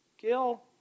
Gil